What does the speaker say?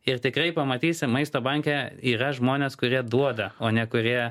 ir tikrai pamatysi maisto banke yra žmonės kurie duoda o ne kurie